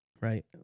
right